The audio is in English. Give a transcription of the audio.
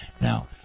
Now